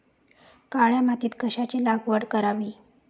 काळ्या मातीत कशाची लागवड करावी?